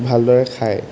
ভালদৰে খায়